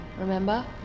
remember